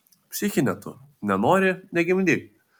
psichine tu nenori negimdyk